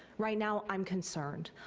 right now i'm concerned.